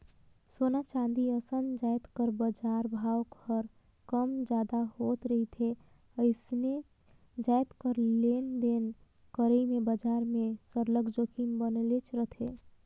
सोना, चांदी असन जाएत कर बजार भाव हर कम जादा होत रिथे अइसने जाएत कर लेन देन करई में बजार में सरलग जोखिम बनलेच रहथे